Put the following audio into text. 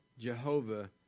Jehovah